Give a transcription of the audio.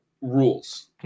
rules